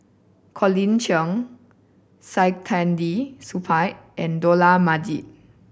Colin Cheong Saktiandi Supaat and Dollah Majid